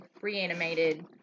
reanimated